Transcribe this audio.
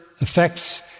affects